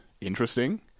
interesting